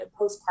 postpartum